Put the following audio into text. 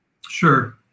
Sure